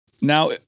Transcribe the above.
now